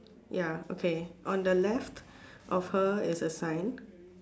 ya okay on the left of her is a sign